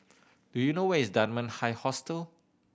do you know where is Dunman High Hostel